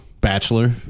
bachelor